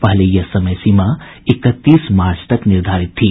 पहले यह समय सीमा इकतीस मार्च तक निर्धारित थी